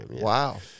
Wow